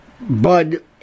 Bud